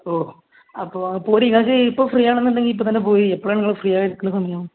ഓ അപ്പോൾ പോരു നിങ്ങൾ ഇപ്പം ഫ്രീ ആണെന്നുണ്ടെങ്കിൽ ഇപ്പം തന്നെ പോരു എപ്പോഴാണ് നിങ്ങൾ ഫ്രീ ആയി ഇരിക്കുന്ന സമയം